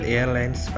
Airlines